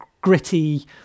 gritty